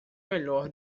melhor